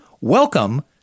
welcome